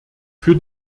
für